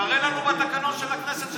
תראה לנו בתקנון של הכנסת שזה רשום.